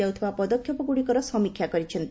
ଯାଉଥିବା ପଦକ୍ଷେପ ଗୁଡିକର ସମୀକ୍ଷା କରିଛନ୍ତି